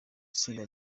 tsinda